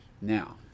Now